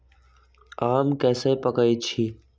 आम कईसे पकईछी?